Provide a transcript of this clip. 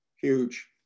Huge